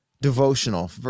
Devotional